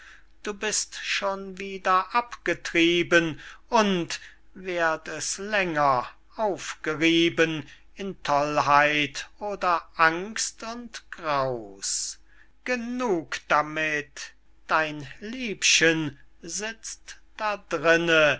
du bist schon wieder abgetrieben und währt es länger aufgerieben in tollheit oder angst und graus genug damit dein liebchen sitzt dadrinne